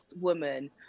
woman